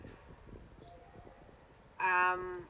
um